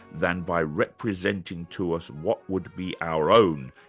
than by representing to us what would be our own,